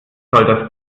soll